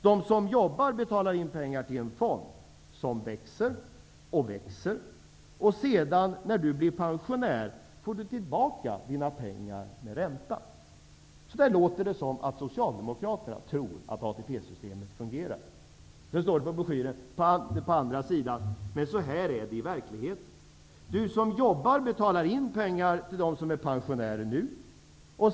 De som jobbar betalar in pengar till en fond som växer och växer. Sedan, när du blir pensionär, får du tillbaka dina pengar med ränta. Det låter som att Socialdemokraterna tror att ATP-systemet fungerar så. På motsatt sida i broschyren stod det: Men så här är det i verkligheten. Du som jobbar betalar in pengar till dem som är pensionärer nu.